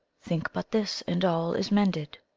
think but this, and all is mended,